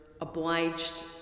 obliged